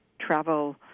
travel